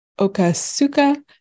Okasuka